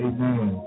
Amen